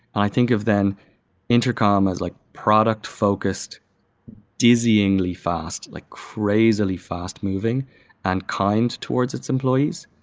i think of then intercom as like product-focused, dizzyingly fast, like crazily fast-moving and kind towards its employees.